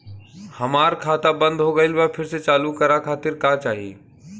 हमार खाता बंद हो गइल बा फिर से चालू करा खातिर का चाही?